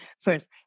first